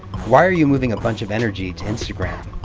why are you moving a bunch of energy to instagram?